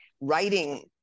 writing